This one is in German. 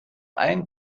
ein